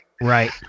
right